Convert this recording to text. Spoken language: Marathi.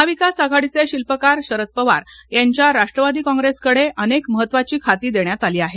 महाविकास आघाडीचे शिल्पकार शरद पवार यांच्या राष्ट्रवादी कॉंग्रेस कडेअनेक महत्वाची खाती देण्यात आली आहे